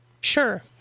Sure